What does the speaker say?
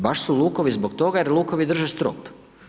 Baš su lukovi zbog toga jer lukovi drže strop.